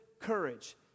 courage